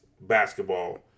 basketball